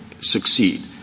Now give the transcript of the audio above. succeed